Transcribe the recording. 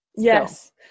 yes